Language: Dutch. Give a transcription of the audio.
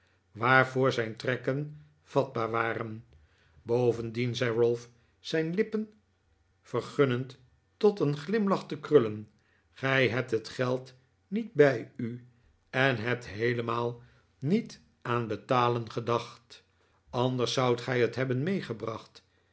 waarvoor zijn trekken vatbaar waren bovendien zei ralph zijn lippen vergunnend tot een glimlach te krullen gij hebt het geld niet bij u en hebt heelemaal niet aan betalen gedacht anders zoudt gij het hebben meegebracht